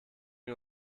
wir